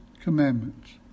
commandments